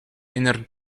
inner